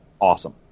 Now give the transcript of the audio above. awesome